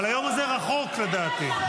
אבל היום הזה רחוק, לדעתי.